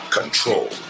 control